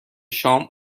شام